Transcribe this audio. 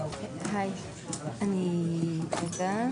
הישיבה ננעלה